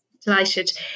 Delighted